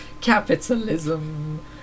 Capitalism